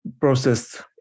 processed